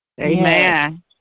Amen